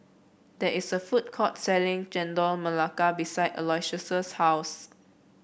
there is a food court selling Chendol Melaka behind Aloysius' house